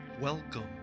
Welcome